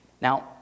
Now